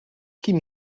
kim